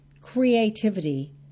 creativity